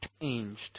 changed